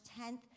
10th